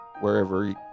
wherever